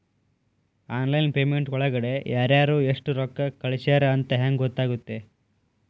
Online payment ಒಳಗಡೆ ಯಾರ್ಯಾರು ಎಷ್ಟು ರೊಕ್ಕ ಕಳಿಸ್ಯಾರ ಅಂತ ಹೆಂಗ್ ಗೊತ್ತಾಗುತ್ತೆ?